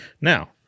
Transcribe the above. now